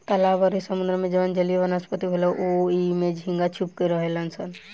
तालाब अउरी समुंद्र में जवन जलीय वनस्पति होला ओइमे झींगा छुप के रहेलसन